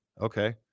Okay